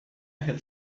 had